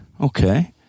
Okay